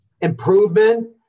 improvement